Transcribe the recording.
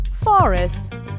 Forest